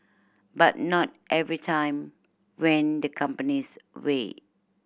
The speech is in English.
but not every time went the company's way